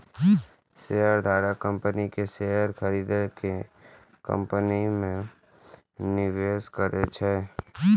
शेयरधारक कंपनी के शेयर खरीद के कंपनी मे निवेश करै छै